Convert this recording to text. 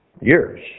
years